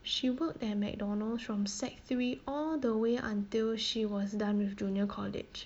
she worked at McDonald's from sec three all the way until she was done with junior college